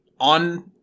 on